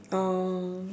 oh